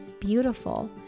beautiful